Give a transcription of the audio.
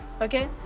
Okay